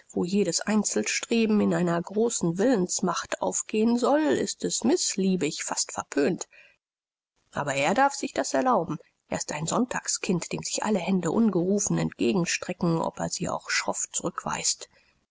wo jedes einzelstreben in einer großen willensmacht aufgehen soll ist es mißliebig fast verpönt aber er darf sich das erlauben er ist ein sonntagskind dem sich alle hände ungerufen entgegenstrecken ob er sie auch schroff zurückweist